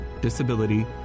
disability